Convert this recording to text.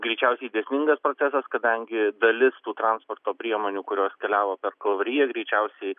greičiausiai dėsningas procesas kadangi dalis tų transporto priemonių kurios keliavo per kalvariją greičiausiai